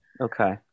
okay